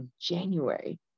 january